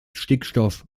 stickstoff